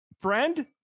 friend